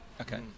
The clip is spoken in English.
Okay